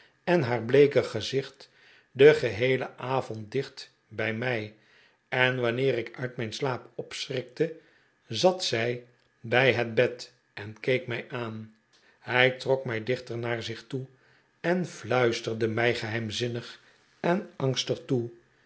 en haar bleeke gezicht den geheelen avond dicht bij mij en wanneer ik uit mijn slaap opschrikte zat zij bij het bed en keek mij aan hij trok mij diehter naar zich toe en fluisterde mij geheimzinnig en angstig toe